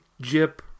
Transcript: Jip